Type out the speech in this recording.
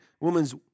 woman's